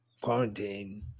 quarantine